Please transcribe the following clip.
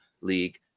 League